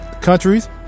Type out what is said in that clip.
Countries